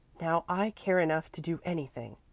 now i care enough to do anything,